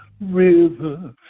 river